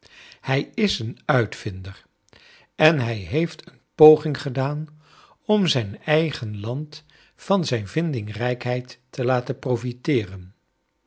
hij is een uitvinder en hij heeft een poging gedaan om zijn eigen land van zijn vindingrijkkeid te laten